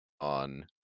on